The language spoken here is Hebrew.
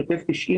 שוטף 90,